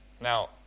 Now